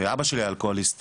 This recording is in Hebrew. אבא שלי היה אלכוהוליסט